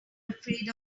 afraid